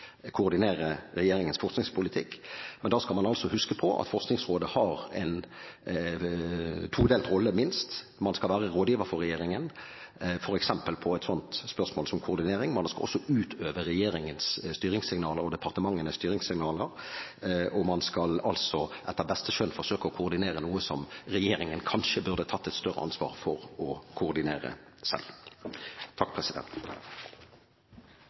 regjeringens forskningspolitikk. Men da skal man huske på at Forskningsrådet har en todelt rolle – minst: Man skal være rådgiver for regjeringen, f.eks. når det gjelder spørsmål om koordinering. Man skal også utøve regjeringens og departementenes styringssignaler. Og man skal etter beste skjønn forsøke å koordinere noe som regjeringen kanskje burde tatt et større ansvar for å koordinere